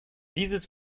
dieses